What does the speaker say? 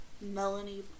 Melanie